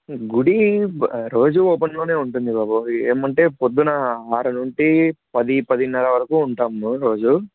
గుడి రోజు ఓపెన్లోనే ఉంటుంది బాబు ఏమంటే ప్రొద్దున ఆరు నుండి పది పదిన్నర వరకు ఉంటాము రోజు